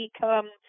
become